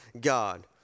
God